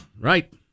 right